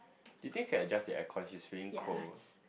you think can adjust the air con he's feeling cold